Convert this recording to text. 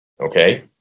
Okay